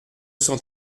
cent